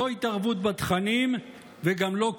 לא התערבות בתכנים וגם לא קומיסריות.